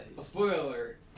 spoiler